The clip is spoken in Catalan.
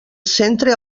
centre